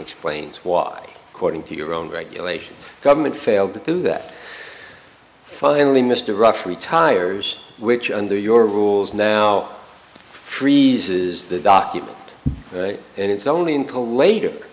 explains why according to your own regulations government failed to do that finally mr ruff retires which under your rules now freezes the document and it's only into later